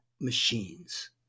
machines